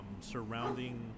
surrounding